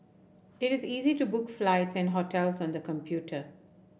it is easy to book flights and hotels on the computer